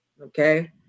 okay